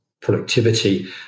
productivity